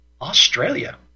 Australia